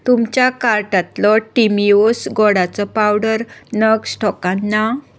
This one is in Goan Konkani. तुमच्या कार्टांतलो टिमिओस गोडाचो पावडर नग स्टॉकांत ना